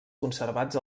conservats